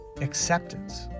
acceptance